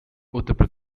uttar